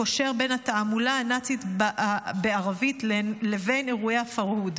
קושר בין התעמולה הנאצית בערבית לבין אירועי הפרהוד.